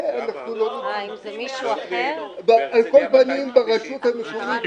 על כל פנים, כך נוהגים ברשות המקומית שלי,